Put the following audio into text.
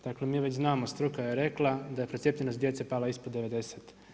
Dakle, mi već znamo, struka je rekla da je procijepljenost djece pala ispod 90%